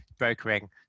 brokering